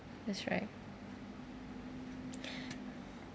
that's right